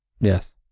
yes